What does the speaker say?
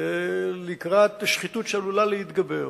לקראת שחיתות שעלולה להתגבר.